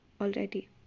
already